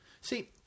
See